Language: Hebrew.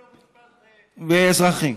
באזרחי.